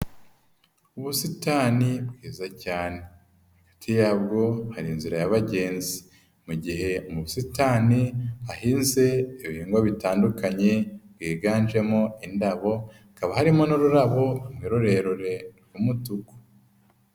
Ubusitani bwiza cyane, hagati yabwo hari inzira nyagenzi. Mu gihe ubusitani hahinze ibihingwa bitandukanye byiganjemo indabo, hakaba harimo n'ururabo rurerure rw'umutuku.